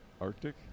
Arctic